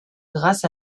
grâce